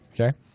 okay